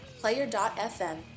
Player.fm